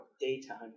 Daytime